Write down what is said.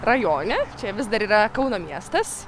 rajone čia vis dar yra kauno miestas